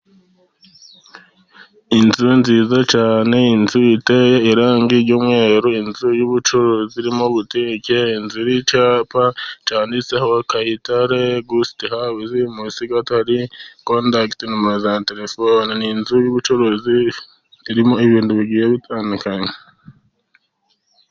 Inzu nziza cyane, inzu iteye irangi ry'umweru, inzu y'ubucuruzi irimo butike, inzu iriho icyapa cyanditseho kayitare gusiti hawuze. munsi gato hari nimero za terefone. Ni inzu y'ubucuruzi irimo ibintu bigiye bitandukanye.